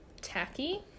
tacky